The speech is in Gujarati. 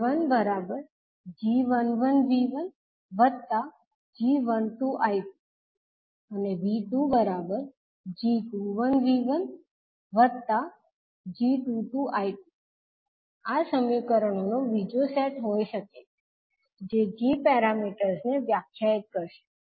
I1g11V1g12I2 V2g21V1g22I2 આ સમીકરણોનો બીજો સેટ હોઈ શકે છે જે g પેરામીટર્સને વ્યાખ્યાયિત કરશે